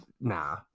Nah